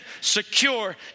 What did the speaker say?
secure